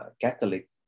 Catholic